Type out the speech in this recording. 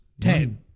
Ten